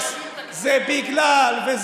זה שאתם פשוט חסרי יכולת.